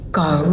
go